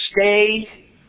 stay